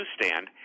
newsstand